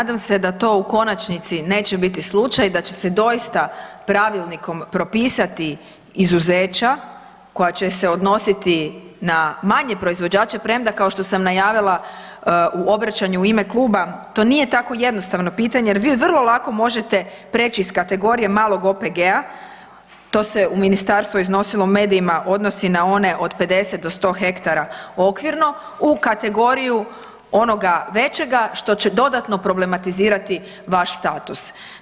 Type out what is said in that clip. Nadam se da to u konačnici neće biti slučaj, da će se doista pravilnikom propisati izuzeća koja će se odnositi na manje proizvođače, premda kao što sam najavila u obraćanju u ime kluba to nije tako jednostavno pitanje jer vi vrlo lako možete prijeći iz kategorije malog OPG-a, to se u ministarstvu iznosilo i u medijima odnosi na one od 500 do 100 hektara okvirno u kategoriju onoga većega što će dodatno problematizirati vaš status.